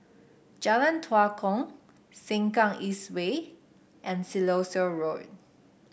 Jalan Tua Kong Sengkang East Way and Siloso Road